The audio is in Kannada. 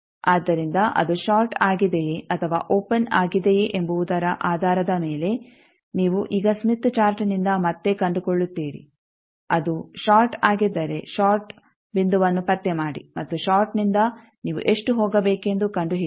ಆದ್ದರಿಂದ ಅದು ಷಾರ್ಟ್ ಆಗಿದೆಯೇ ಅಥವಾ ಓಪೆನ್ ಆಗಿದೆಯೇ ಎಂಬುವುದರ ಆಧಾರದ ಮೇಲೆ ನೀವು ಈಗ ಸ್ಮಿತ್ ಚಾರ್ಟ್ನಿಂದ ಮತ್ತೆ ಕಂಡುಕೊಳ್ಳುತ್ತೀರಿ ಅದು ಷಾರ್ಟ್ ಆಗಿದ್ದರೆ ಷಾರ್ಟ್ ಬಿಂದುವನ್ನು ಪತ್ತೆ ಮಾಡಿ ಮತ್ತು ಷಾರ್ಟ್ನಿಂದ ನೀವುಎಷ್ಟು ಹೋಗಬೇಕೆಂದು ಕಂಡುಹಿಡಿಯಿರಿ